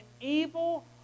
evil